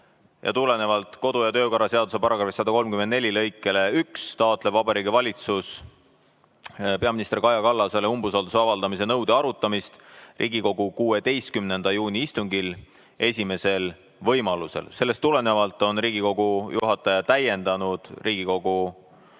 tulenevalt kodu- ja töökorra seaduse § 134 lõikest 1 taotleb Vabariigi Valitsus peaminister Kaja Kallasele umbusalduse avaldamise nõude arutamist Riigikogu 16. juuni istungil esimesel võimalusel. Sellest tulenevalt on Riigikogu juhataja täiendanud Riigikogu